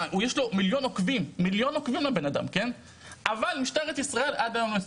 יש לו מיליון עוקבים, מיליון עוקבים לבן אדם, כן?